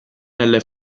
nelle